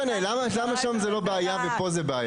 אני שואל: למה שם זה לא כאוס ופה זה כאוס?